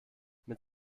mit